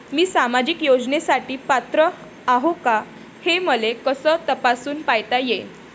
मी सामाजिक योजनेसाठी पात्र आहो का, हे मले कस तपासून पायता येईन?